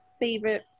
favorite